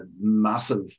massive